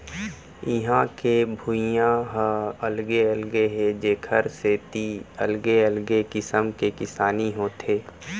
इहां के भुइंया ह अलगे अलगे हे जेखर सेती अलगे अलगे किसम के किसानी होथे